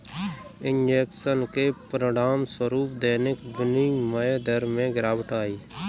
injection के परिणामस्वरूप दैनिक विनिमय दर में गिरावट आई